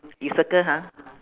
you circle ha